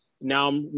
now